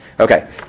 Okay